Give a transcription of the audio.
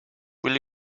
will